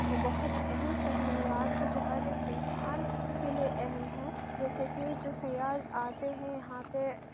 یہ بہت اہم سہولیات ہیں جو ہر ایک انسان کے لیے اہم ہیں جیسے کہ جو سیاح آتے ہیں یہاں پہ